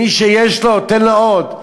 מי שיש לו, ייתן לו עוד.